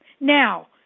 Now